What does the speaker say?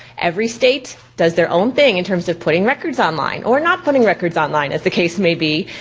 every state does their own thing in terms of putting records online or not putting records online, as the case may be.